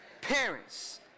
parents